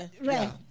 Right